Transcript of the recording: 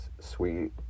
sweet